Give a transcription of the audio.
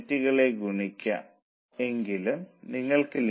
875 കൊണ്ട് ഗുണിച്ചാൽ നിങ്ങൾക്ക് 0